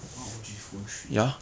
R_O_G phone three